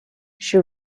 she